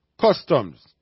customs